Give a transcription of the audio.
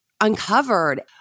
uncovered